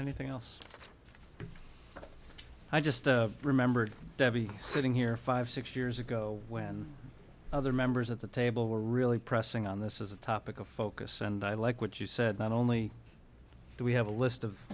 anything else i just remembered sitting here five six years ago when other members of the table were really pressing on this as a topic of focus and i like what you said not only do we have a list of